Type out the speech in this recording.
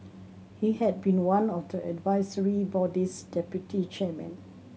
he had been one of the advisory body's deputy chairmen